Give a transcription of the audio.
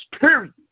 Period